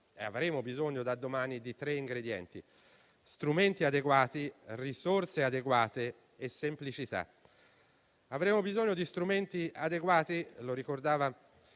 avremo bisogno da domani di tre ingredienti: strumenti adeguati, risorse adeguate e semplicità. Avremo bisogno di strumenti adeguati. Come ricordava